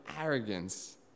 arrogance